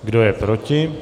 Kdo je proti?